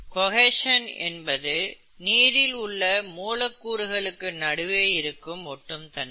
cohesion என்பது நீரில் உள்ள மூலக்கூறுகளுக்கு நடுவே இருக்கும் ஒட்டும் தன்மை